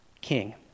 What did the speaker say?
king